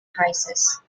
crisis